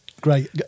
great